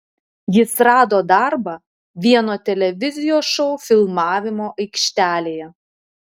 jis rado darbą vieno televizijos šou filmavimo aikštelėje